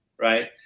right